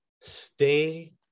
stay